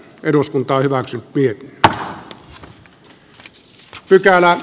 arvoisa herra puhemies